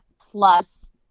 plus